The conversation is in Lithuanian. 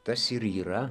tas ir yra